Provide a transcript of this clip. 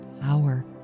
power